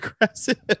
aggressive